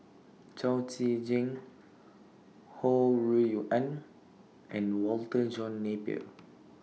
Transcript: Chao Tzee Cheng Ho Rui An and Walter John Napier